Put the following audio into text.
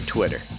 Twitter